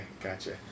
gotcha